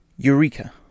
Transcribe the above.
Eureka